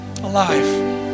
alive